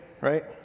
right